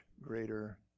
greater